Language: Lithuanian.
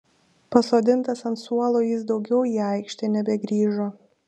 pasodintas ant suolo jis daugiau į aikštę nebegrįžo